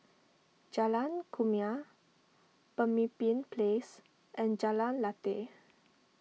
Jalan Kumia Pemimpin Place and Jalan Lateh